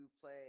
play